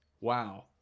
Wow